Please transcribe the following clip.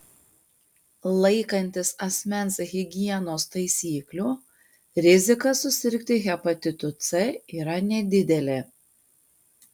laikantis asmens higienos taisyklių rizika susirgti hepatitu c yra nedidelė